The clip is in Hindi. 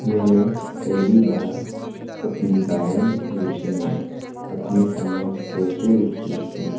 मैंने पहली बार अपनी गायन रुचि में अपनी समझ कैसे विकसित की